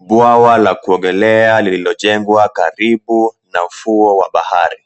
Bwawa la kuogelea lililojengwa karibu na ufuo wa bahari.